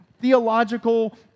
theological